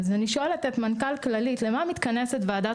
אני שואלת את מנכ"ל כללית למה מתכנסת וועדת